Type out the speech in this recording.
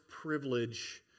privilege